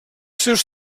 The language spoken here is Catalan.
seus